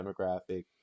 demographic